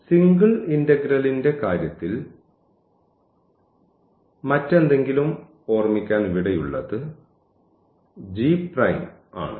single ഇന്റഗ്രലിന്റെ കാര്യത്തിൽ മറ്റെന്തെങ്കിലും ഓർമിക്കാൻ ഇവിടെയുള്ളത് g ആണ്